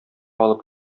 алып